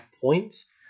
points